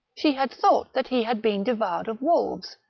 she had thought that he had been devoured of wolves,